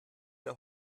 der